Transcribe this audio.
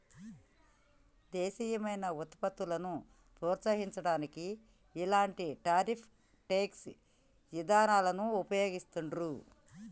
దేశీయమైన వుత్పత్తులను ప్రోత్సహించడానికి ఇలాంటి టారిఫ్ ట్యేక్స్ ఇదానాలను వుపయోగిత్తండ్రు